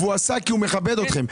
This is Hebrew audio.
והוא הגיע כי הוא מכבד אתכם.